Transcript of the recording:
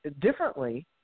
differently